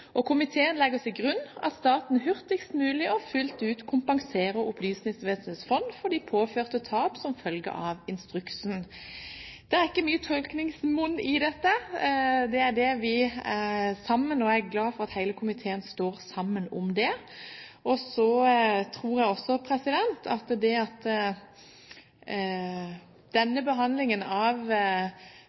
aktuell. Komiteen legger til grunn at staten hurtigst mulig og fullt ut kompenserer Opplysningsvesenets fond de påførte tap som følge av instruksen.» Det er ikke mye tolkningsmonn i dette. Det er dette vi er sammen om. Jeg er glad for at hele komiteen står sammen her. Så tror jeg at behandlingen av